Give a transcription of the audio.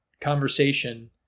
conversation